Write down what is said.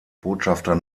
botschafter